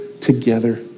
together